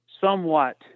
somewhat